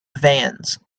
vans